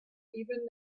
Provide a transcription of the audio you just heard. even